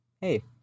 hey